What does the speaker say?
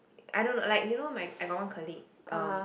I don't know like you know I got one colleague um